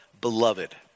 Beloved